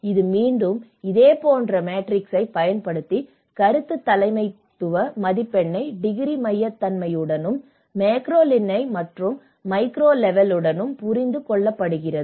இது மீண்டும் இதேபோன்ற மேட்ரிக்ஸைப் பயன்படுத்தி கருத்துத் தலைமைத்துவ மதிப்பெண்ணை டிகிரி மையத்தன்மையுடனும் மேக்ரோ நிலை மற்றும் மைக்ரோ லெவலுடனும் புரிந்து கொள்ளப்படுகிறது